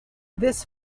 this